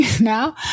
now